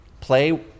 play